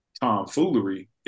tomfoolery